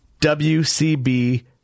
WCB